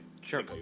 Sure